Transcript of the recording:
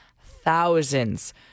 thousands